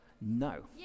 No